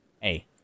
hey